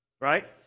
right